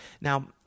Now